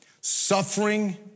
suffering